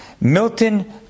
Milton